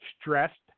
stressed